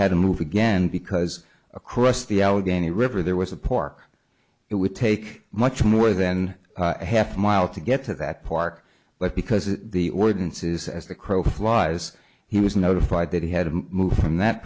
had to move again because across the allegheny river there was a pork it would take much more than half a mile to get to that park but because of the ordinances as the crow flies he was notified that he had to move from that